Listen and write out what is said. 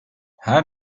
her